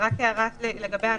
הערה לגבי הנוסח,